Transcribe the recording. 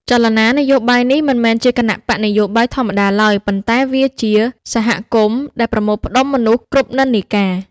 ចលនានយោបាយនេះមិនមែនជាគណបក្សនយោបាយធម្មតាឡើយ ប៉ុន្តែជា "សហគមន៍" ដែលប្រមូលផ្តុំមនុស្សគ្រប់និន្នាការ។